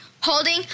holding